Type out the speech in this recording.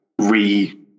re